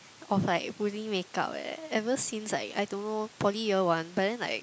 of like putting makeup eh ever since like I don't know poly year one but then like